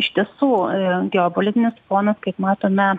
iš tiesų em geopolitinis fonas kaip matome